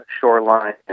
shoreline